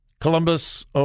Columbus